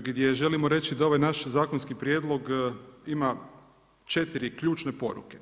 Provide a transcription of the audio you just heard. gdje želimo reći da ovaj naš zakonski prijedlog ima četiri ključne poruke.